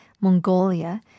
Mongolia